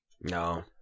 No